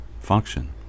function